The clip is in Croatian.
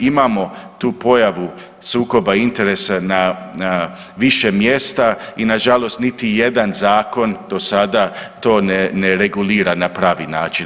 Imamo tu pojavu sukoba interesa na više mjesta i na žalost niti jedan zakon do sada to ne regulira na pravi način.